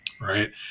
Right